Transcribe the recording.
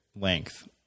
length